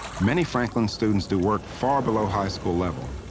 many franklin students do work far below high school level.